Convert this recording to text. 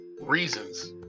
reasons